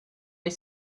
les